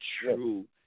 true